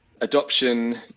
adoption